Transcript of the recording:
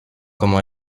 comment